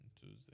Tuesday